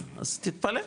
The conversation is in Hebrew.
אז תתפלא.